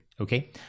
Okay